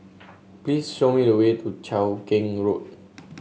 please show me the way to Cheow Keng Road